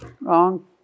wrong